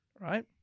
Right